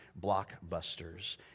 blockbusters